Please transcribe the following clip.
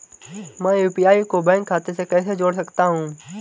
मैं यू.पी.आई को बैंक खाते से कैसे जोड़ सकता हूँ?